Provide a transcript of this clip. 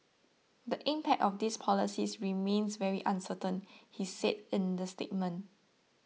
the impact of these policies remains very uncertain he said in the statement